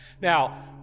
Now